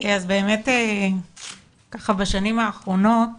באמת בשנים האחרונות